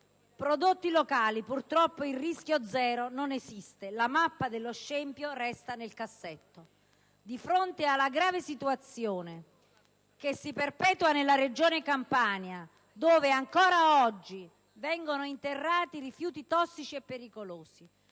«Prodotti locali, purtroppo il rischio zero non esiste»; «La mappa dello scempio resta nel cassetto». Di fronte alla grave situazione che si perpetua nella Regione Campania, dove ancora oggi vengono interrati rifiuti tossici e pericolosi